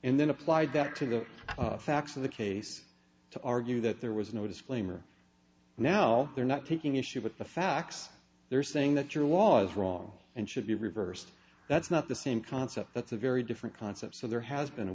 and then applied that to the facts of the case to argue that there was no disclaimer now they're not taking issue with the facts they're saying that your was wrong and should be reversed that's not the same concept that's a very different concept so there has been a